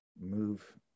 move